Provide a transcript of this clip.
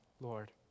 Lord